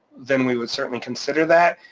then we would certainly consider that.